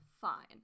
fine